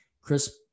Chris